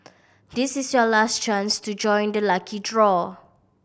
this is your last chance to join the lucky draw